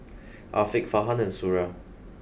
Afiq Farhan and Suria